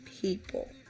people